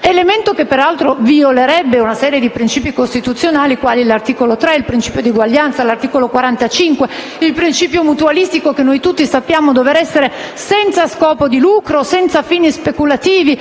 Elemento che, peraltro, violerebbe una serie di principi costituzionali quali: l'articolo 3, il principio di uguaglianza; l'articolo 45, il principio mutualistico, che noi tutti sappiamo dover essere senza scopo di lucro, senza fini speculativi,